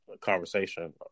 conversation